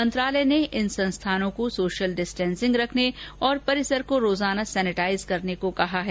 मंत्रालय ने इन संस्थानों को सोशल डिस्टेन्सिंग रखने और परिसर को रोजाना सेनेटाइज करने को कहा है